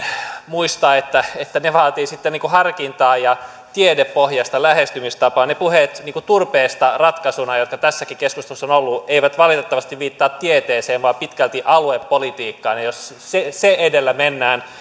muistaa että että ne vaativat sitten harkintaa ja tiedepohjaista lähestymistapaa ne puheet turpeesta ratkaisuna joita tässäkin keskustelussa on ollut eivät valitettavasti viittaa tieteeseen vaan pitkälti aluepolitiikkaan jos se se edellä mennään